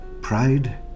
Pride